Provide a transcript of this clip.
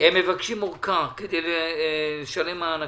הם מבקשים אורכה כדי לשלם מענקים.